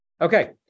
Okay